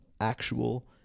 actual